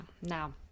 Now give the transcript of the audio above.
now